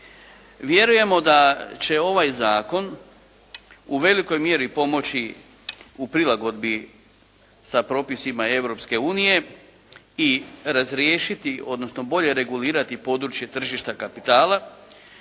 Vjerujemo da će ovaj zakon u velikoj mjeri pomoći u prilagodbi sa propisima Europske unije i razriješiti, odnosno bolje regulirati područje tržišta kapitala,